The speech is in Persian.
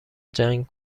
جنگ